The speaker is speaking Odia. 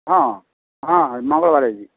ହଁ ହଁ ହଁ ମଙ୍ଗଳବାର ଆଜି